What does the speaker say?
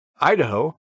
Idaho